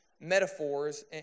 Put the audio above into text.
metaphors